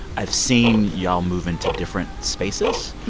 i've seen y'all move into different spaces.